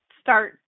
start